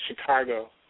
Chicago